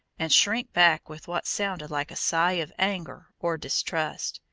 and shrink back with what sounded like a sigh of anger or distrust,